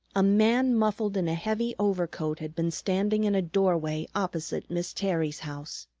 a man muffled in a heavy overcoat had been standing in a doorway opposite miss terry's house.